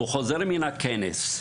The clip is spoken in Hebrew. הוא חוזר מן הכנס,